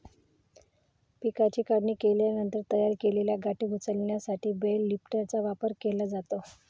पिकाची काढणी केल्यानंतर तयार केलेल्या गाठी उचलण्यासाठी बेल लिफ्टरचा वापर केला जातो